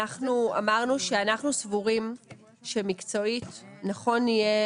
אנחנו אמרנו שאנחנו סבורים שמקצועית נכון יהיה